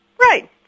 Right